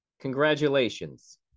Congratulations